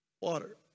water